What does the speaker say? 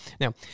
Now